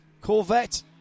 Corvette